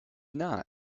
not